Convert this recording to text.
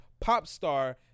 Popstar